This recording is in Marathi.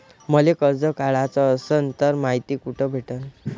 मले कर्ज काढाच असनं तर मायती कुठ भेटनं?